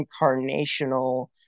incarnational